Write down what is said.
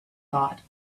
thought